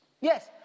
Yes